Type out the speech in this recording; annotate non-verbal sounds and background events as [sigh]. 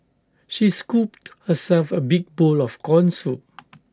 she scooped herself A big bowl of Corn Soup [noise]